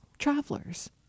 travelers